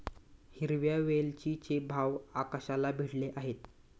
हिरव्या वेलचीचे भाव आकाशाला भिडले आहेत